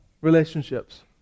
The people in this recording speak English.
relationships